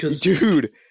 Dude